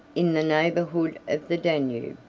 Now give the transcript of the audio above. in the neighborhood of the danube.